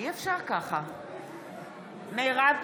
אינו נוכח קרן ברק,